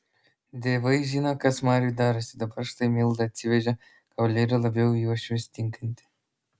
dievai žino kas mariui darosi dabar štai milda atsivežė kavalierių labiau į uošvius tinkantį